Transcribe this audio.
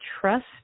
trust